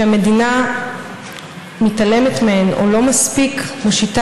שהמדינה מתעלמת מהן או לא מספיק מושיטה